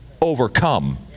overcome